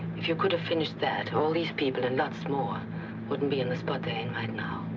if you could have finished that, all these people and lots more wouldn't be in the spot they're in right now.